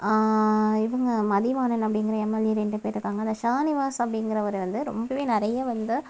இவங்க மதிவாணன் அப்படீங்கிற எம்எல்ஏ ரெண்டு பேர் இருக்காங்க அந்த சானிவாஸ் அப்படீங்கிறவர் வந்து ரொம்பவே நிறைய வந்து